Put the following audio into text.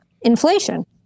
inflation